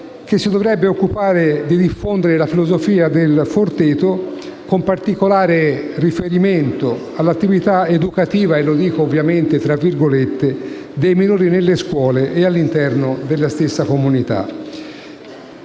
che si dovrebbe occupare di diffondere la filosofia del Forteto con particolare riferimento all'attività educativa - lo dico ovviamente tra virgolette - dei minori nelle scuole e all'interno della comunità